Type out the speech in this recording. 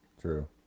True